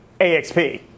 AXP